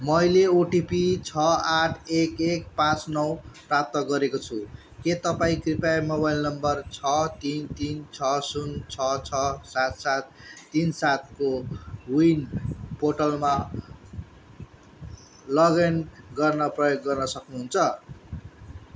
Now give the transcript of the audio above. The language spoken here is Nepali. मैले ओटिपी छ आठ एक एक पाँच नौ प्राप्त गरेको छु के तपाईँँ कृपया मोबाइल नम्बर छ तिन तिन छ शून्य छ छ सात सात तिन सात को विन पोर्टलमा लगइन गर्न प्रयोग गर्न सक्नुहुन्छ